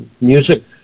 music